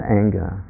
anger